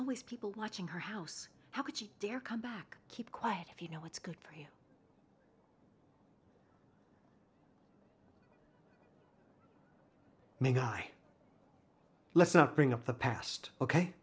always people watching her house how could she dare come back keep quiet if you know what's good for you make i let's not bring up the past ok